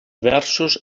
versos